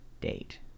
date